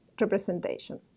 representation